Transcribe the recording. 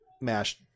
MASH